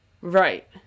Right